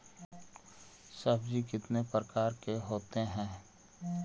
सब्जी कितने प्रकार के होते है?